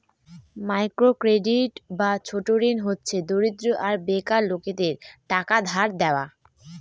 micro credit বা ছোট ঋণ হচ্ছে দরিদ্র আর বেকার লোকেদের টাকা ধার দেওয়া